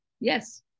Yes